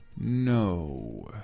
No